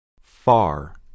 Far